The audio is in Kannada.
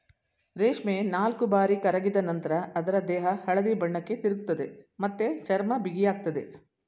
ರೇಷ್ಮೆ ನಾಲ್ಕುಬಾರಿ ಕರಗಿದ ನಂತ್ರ ಅದ್ರ ದೇಹ ಹಳದಿ ಬಣ್ಣಕ್ಕೆ ತಿರುಗ್ತದೆ ಮತ್ತೆ ಚರ್ಮ ಬಿಗಿಯಾಗ್ತದೆ